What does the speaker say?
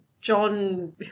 John